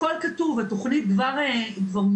הכול כתוב, התכנית כבר מוכנה.